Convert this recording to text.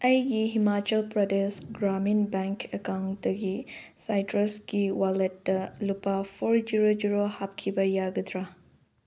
ꯑꯩꯒꯤ ꯍꯤꯃꯥꯆꯜ ꯄ꯭ꯔꯗꯦꯁ ꯒ꯭ꯔꯥꯃꯤꯟ ꯕꯦꯡꯛ ꯑꯦꯀꯥꯎꯟꯇꯒꯤ ꯁꯥꯏꯇ꯭ꯔꯁꯀꯤ ꯋꯥꯜꯂꯦꯠꯇ ꯂꯨꯄꯥ ꯐꯣꯔ ꯖꯤꯔꯣ ꯖꯤꯔꯣ ꯍꯥꯞꯈꯤꯕ ꯌꯥꯒꯗ꯭ꯔꯥ